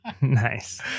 Nice